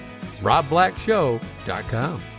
robblackshow.com